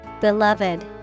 Beloved